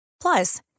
Plus